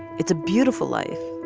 it's a beautiful life.